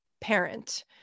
parent